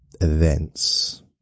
events